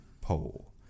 pole